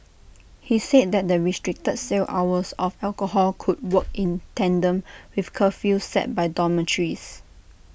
he said that the restricted sale hours of alcohol could work in tandem with curfews set by dormitories